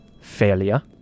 failure